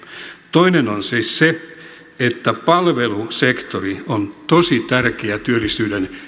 toinen on siis se että palvelusektori on tosi tärkeä työllisyyden